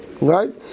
Right